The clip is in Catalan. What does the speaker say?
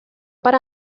per